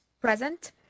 Present